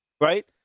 right